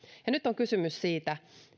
nyt on kysymys siitä